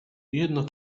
jedno